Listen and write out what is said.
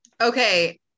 Okay